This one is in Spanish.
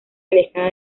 alejada